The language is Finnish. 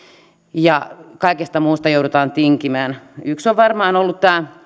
ja kaikesta muusta joudutaan tinkimään yksi on varmaan ollut